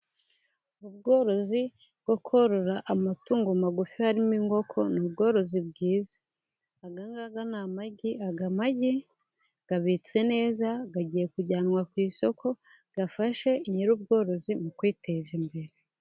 Ubworozi bwo korora amatungo magufi harimo inkoko, ni ubworozi bwiza. ayangaya ni amagi, aya magi abitse neza, agiye kujyanwa ku isoko, afashe nyir'ubworozi mu kwiteza imbere.